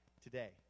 today